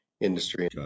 industry